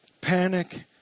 panic